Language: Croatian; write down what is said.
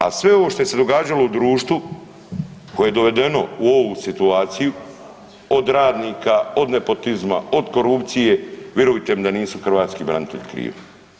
A sve ovo što je se događalo u društvu koje je dovedeno u ovu situaciju od radnika, od nepotizma, od korupcije virujte mi da nisu hrvatski branitelji krivi.